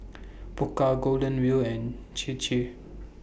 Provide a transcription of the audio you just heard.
Pokka Golden Wheel and Chir Chir